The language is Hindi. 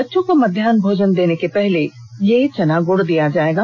बच्चों को मध्याह भोजन देने के पहले चना गुड़ दिया जाएगा